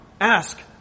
Ask